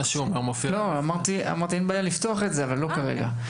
אין בעיה לפתוח את זה, אבל לא כרגע.